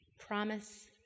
promise